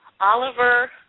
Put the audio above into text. Oliver